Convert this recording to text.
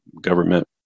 government